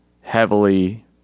heavily